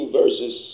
verses